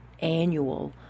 annual